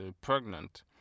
pregnant